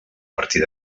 partir